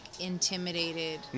intimidated